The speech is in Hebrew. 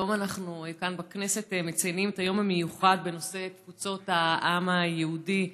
היום אנחנו מציינים כאן בכנסת את היום המיוחד בנושא תפוצות העם היהודי.